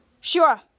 sure